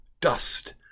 dust